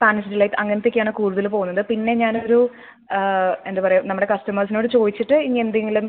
Spanish delight അങ്ങനത്തെ ഒക്കെയാണ് കൂടുതൽ പോവുന്നത് പിന്നെ ഞാനൊരു എന്താണ് പറയുക നമ്മുടെ കസ്റ്റമേഴ്സിനോട് ചോദിച്ചിട്ട് ഇനി എന്തെങ്കിലും